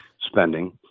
spending